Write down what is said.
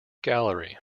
gallery